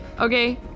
Okay